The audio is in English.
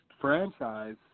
franchise